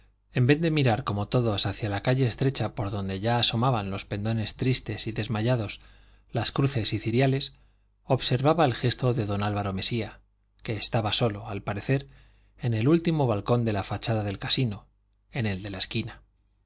en vez de mirar como todos hacia la calle estrecha por donde ya asomaban los pendones tristes y desmayados las cruces y ciriales observaba el gesto de don álvaro mesía que estaba solo al parecer en el último balcón de la fachada del casino en el de la esquina